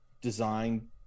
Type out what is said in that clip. design